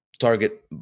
Target